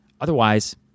Otherwise